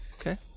Okay